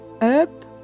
up